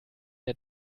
der